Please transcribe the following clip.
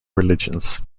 religions